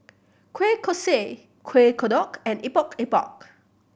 kueh kosui Kuih Kodok and Epok Epok